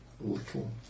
little